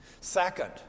Second